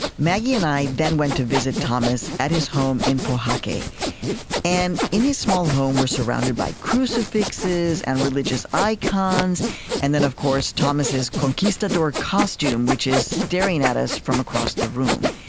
maggie and i then went to visit thomas at his home in pojoaque. and in his small home, we're surrounded by crucifixes, and religious icons and then, of course, thomas' conquistador costume, which is staring at us from across the room.